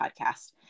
podcast